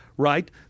Right